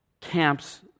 camps